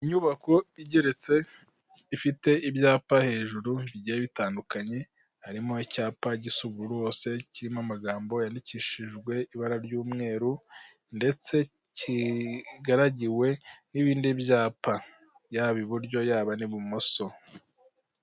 inyubako igeretse ifite ibyapa hejuru bigiye bitandukanye harimo icyapa gisa ubururu hose kirimo amagambo yandikishijwe ibara ry'umweru ndetse kigaragiwe n'ibindi byapa yaba iburyo yaba n'ibumoso